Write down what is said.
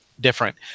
different